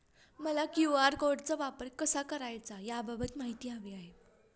मला क्यू.आर कोडचा वापर कसा करायचा याबाबत माहिती हवी आहे